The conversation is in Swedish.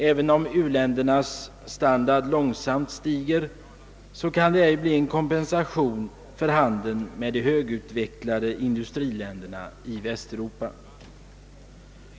Även om u-ländernas standard stiger, kan en överflyttning av handeln till dem inte bli en kompensation för handeln med de högutvecklade industriländerna i Västeuropa.